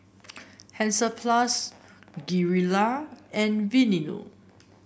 Hansaplast Gilera and Aveeno